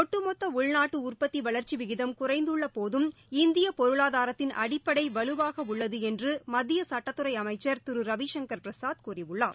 ஒட்டுமொத்த உள்நாட்டு உற்பத்தி வளர்ச்சி விகிதம் குறைந்துள்ளபோதும் இந்திய பொருளாதாரத்தின் அடிப்படை வலுவாக உள்ளது என்று மத்திய சுட்டத்துறை அமைச்சர் திரு ரவிசங்கர் பிரசாத் கூறியுள்ளார்